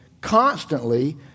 constantly